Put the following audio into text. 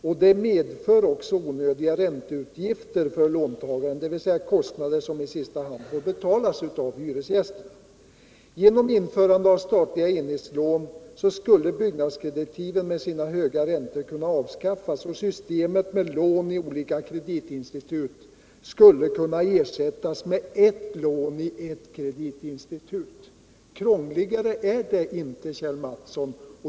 Detta system medför också onödiga ränteutgifter för låntagaren, kostnader som i sista hand får betalas av hyresgästerna. Genom införande av statliga enhetslån skulle byggnadskreditiven med sina höga räntor kunna avskaffas och systemet med lån i olika kreditinstitut ersättas med er lån i ett kreditinstitut. Krångligare är det inte, Kjell Mattsson.